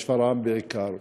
משפרעם בעיקר,